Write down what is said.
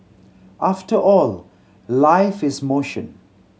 after all life is motion